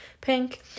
pink